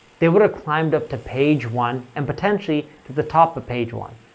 they would've climbed up to page one, and potentially to the top of page one.